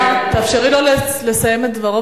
תאפשרי לו לסיים את דברו,